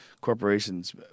corporations